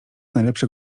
najlepsze